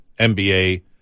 MBA